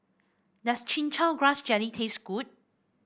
does Chin Chow Grass Jelly taste good